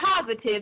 positive